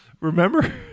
Remember